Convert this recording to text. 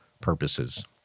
purposes